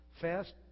Fast